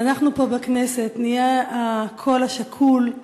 שאנחנו פה בכנסת נהיה הקול השקול,